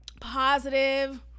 positive